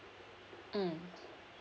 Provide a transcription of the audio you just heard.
mm